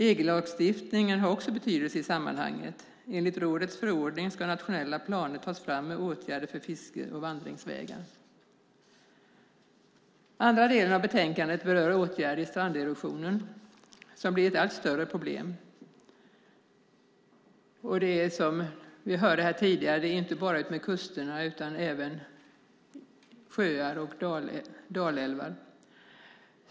EG-lagstiftningen har också betydelse i sammanhanget, och enligt rådets förordning ska nationella planer tas fram med åtgärder för fiske och vandringsvägar. Andra delen av betänkandet berör åtgärder mot stranderosionen, som blir ett allt större problem. Som vi hörde här tidigare är det inte bara kring kusterna utan även vid sjöar och dalälvar.